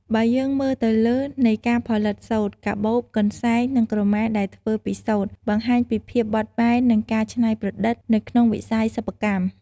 បើយើងមើលទៅលើនៃការផលិតសូត្រ កាបូប កន្សែង និងក្រមាដែលធ្វើពីសូត្រ បង្ហាញពីភាពបត់បែន និងការច្នៃប្រឌិតនៅក្នុងវិស័យសិប្បកម្ម។